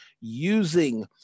using